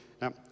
Now